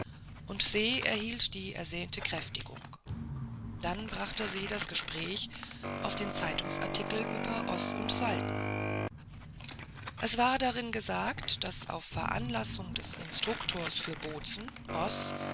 und se erhielt die ersehnte kräftigung dann brachte se das gespräch auf den zeitungsartikel über oß und saltner es war darin gesagt daß auf veranlassung des instruktors für